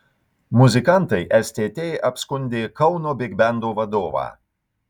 muzikantai stt apskundė kauno bigbendo vadovą